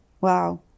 Wow